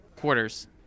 quarters